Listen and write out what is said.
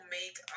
make